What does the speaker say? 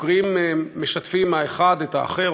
חוקרים משתפים האחד את האחר,